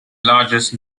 largest